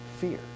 fear